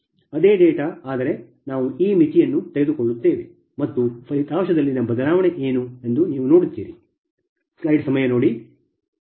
ಅದೇ ಡೇಟಾ ಆದರೆ ನಾವು ಈ ಮಿತಿಯನ್ನು ತೆಗೆದುಕೊಳ್ಳುತ್ತೇವೆ ಮತ್ತು ಫಲಿತಾಂಶದಲ್ಲಿನ ಬದಲಾವಣೆ ಏನು ಎಂದು ನೀವು ನೋಡುತ್ತೀರಿ